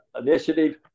initiative